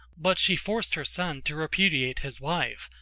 but she forced her son to repudiate his wife,